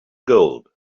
gold